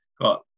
got